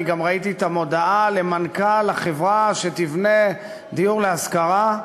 אני גם ראיתי את המודעה למנכ"ל החברה שתבנה דיור להשכרה,